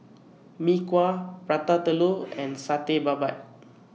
Mee Kuah Prata Telur and Satay Babat